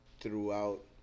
throughout